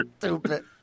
stupid